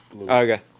Okay